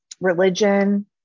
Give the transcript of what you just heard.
religion